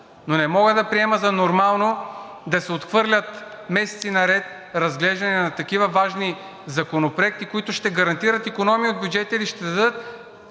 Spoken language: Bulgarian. Но не мога да приема за нормално да се отхвърлят месеци наред разглеждания на такива важни законопроекти, които ще гарантират икономия в бюджета или ще дадат